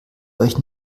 euch